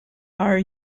are